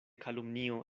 kalumnio